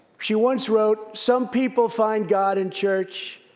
she once wrote, some people find god in church.